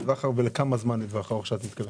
לכמה זמן טווח ארוך שאת מתכוונת?